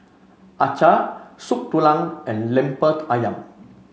Acar Soup Tulang and Lemper ayam